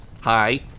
Hi